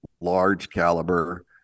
large-caliber